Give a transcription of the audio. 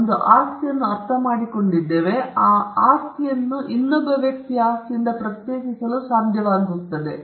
ನಾವು ಆಸ್ತಿಯನ್ನು ಅರ್ಥಮಾಡಿಕೊಂಡಿದ್ದೇವೆ ಮತ್ತು ಅದು ನಿಮ್ಮ ಆಸ್ತಿಯನ್ನು ಇನ್ನೊಬ್ಬ ವ್ಯಕ್ತಿಯ ಆಸ್ತಿಯಿಂದ ಪ್ರತ್ಯೇಕಿಸಲು ಸಾಧ್ಯವಾಗಿಸುತ್ತದೆ